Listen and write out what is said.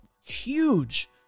huge